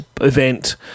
event